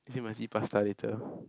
is it must eat pasta later